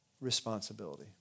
responsibility